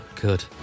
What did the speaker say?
good